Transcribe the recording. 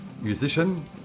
Musician